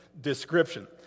description